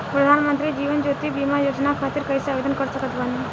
प्रधानमंत्री जीवन ज्योति बीमा योजना खातिर कैसे आवेदन कर सकत बानी?